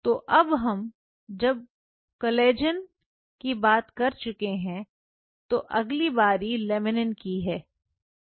तो अब हम जब कॉलेज इन की बातचीत कर चुके हैं तो अगली बारी लेमिनिन की है